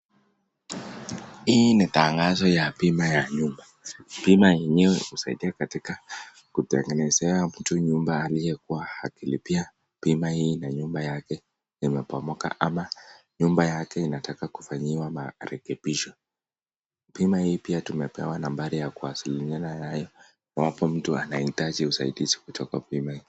Hii ni tangazo ya bima ya nyumba. Bima yenyewe husaidia katika kutengenezea mtu nyumba alikuwa akilipia bima hii na nyumba yake imebomoka ama nyumba yake inataka kufanyiwa marekebisho. Bima hii pia tumepewa nambari ya kuwasiliana nayo iwapo mtu anahitaji usaidizi kutoka bima hii.